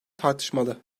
tartışmalı